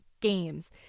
games